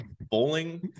bowling